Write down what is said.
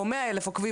או 100 אלף עוקבים,